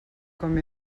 com